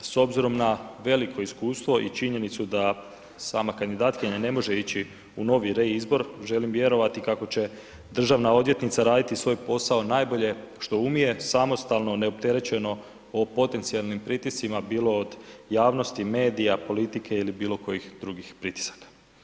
S obzirom na veliko iskustvo i činjenicu da sama kandidatkinja ne može ići u novi reizbor, želim vjerovati kako će državna odvjetnica raditi svoj posao najbolje što umije, samostalno neopterećeno o potencijalnim pritiscima, bilo od javnosti, medija, politike ili bilokojih drugih pritisaka.